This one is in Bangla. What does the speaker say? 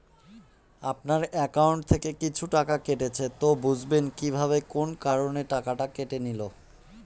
আপনার একাউন্ট থেকে কিছু টাকা কেটেছে তো বুঝবেন কিভাবে কোন কারণে টাকাটা কেটে নিল?